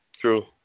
true